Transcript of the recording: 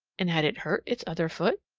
and had it hurt its other foot?